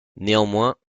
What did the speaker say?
néanmoins